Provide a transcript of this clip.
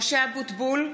משה אבוטבול,